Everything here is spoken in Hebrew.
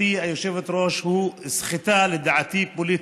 גברתי היושבת-ראש, הוא לדעתי סחיטה פוליטית.